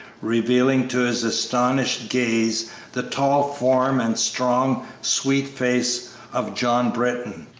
revealing to his astonished gaze the tall form and strong, sweet face of john britton.